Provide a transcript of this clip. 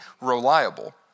reliable